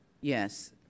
Yes